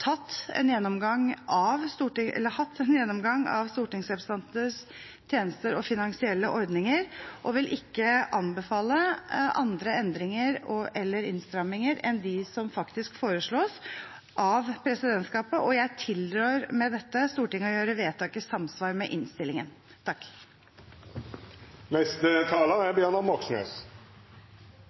hatt en gjennomgang av stortingsrepresentantenes tjenester og finansielle ordninger og vil ikke anbefale andre endringer eller innstramminger enn dem som faktisk foreslås av presidentskapet, og jeg tilrår med dette Stortinget å gjøre vedtak i samsvar med innstillingen. Rødt støtter selvfølgelig at unødvendige ekstragodtgjørelser på toppen av stortingslønna fjernes. Stortingslønna er